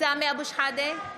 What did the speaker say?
סמי אבו שחאדה,